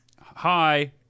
Hi